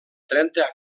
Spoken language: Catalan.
trenta